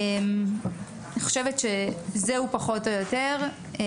אני חושבת שזהו פחות או יותר,